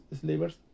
slavers